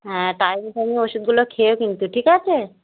হ্যাঁ টাইমে টাইমে ওষুধগুলো খেয়ে কিন্তু ঠিক আছে